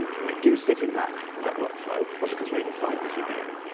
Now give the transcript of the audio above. we do sit in that network flow, but because we're inside the cdn,